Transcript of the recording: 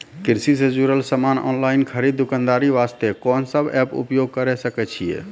कृषि से जुड़ल समान ऑनलाइन खरीद दुकानदारी वास्ते कोंन सब एप्प उपयोग करें सकय छियै?